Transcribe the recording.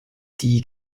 die